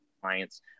clients